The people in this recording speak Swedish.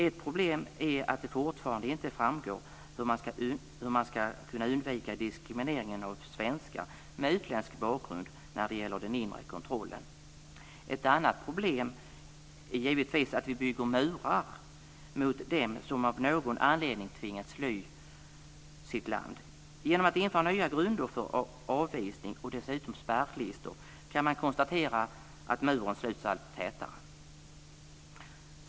Ett problem är att det fortfarande inte framgår hur man ska undvika diskrimineringen av svenskar med utländsk bakgrund när det gäller den inre kontrollen. Ett annat problem är givetvis att vi bygger murar mot dem som av någon anledning tvingats fly sitt land. Genom att införa nya grunder för avvisning och dessutom spärrlistor kan man konstatera att muren sluts allt tätare.